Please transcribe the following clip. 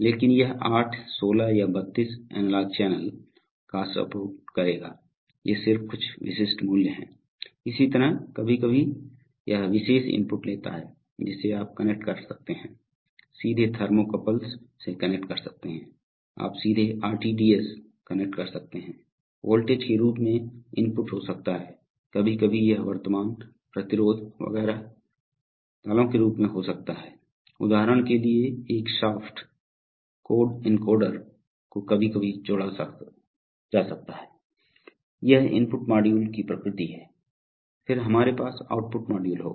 लेकिन यह 8 16 या 32 एनालॉग चैनल का सपोर्ट करेगा ये सिर्फ कुछ विशिष्ट मूल्य हैं इसी तरह कभी कभी यह विशेष इनपुट लेता है जिसे आप कनेक्ट कर सकते हैं सीधे थर्मोकॉप्ल्स से कनेक्ट कर सकते हैं आप सीधे आरटीडीएस कनेक्ट कर सकते हैं वोल्टेज के रूप में इनपुट हो सकता है कभी कभी यह वर्तमान प्रतिरोध वगैरह दालों के रूप में हो सकता है उदाहरण के लिए एक शाफ्ट कोण एनकोडर को कभी कभी जोड़ा जा सकता है यह इनपुट मॉड्यूल की प्रकृति है फिर हमारे पास आउटपुट मॉड्यूल होगा